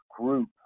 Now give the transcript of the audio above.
group